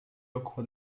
occupa